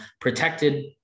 protected